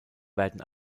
werden